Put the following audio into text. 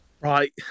Right